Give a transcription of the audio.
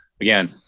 again